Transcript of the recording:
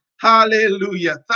Hallelujah